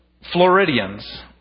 Floridians